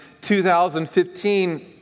2015